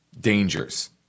dangers